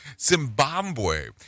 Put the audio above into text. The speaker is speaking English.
Zimbabwe